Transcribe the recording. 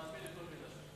אני מאמין לכל מלה שלך.